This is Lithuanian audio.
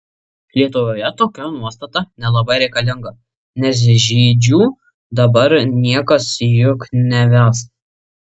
lietuvoje tokia nuostata nelabai reikalinga nes žydžių dabar niekas juk neves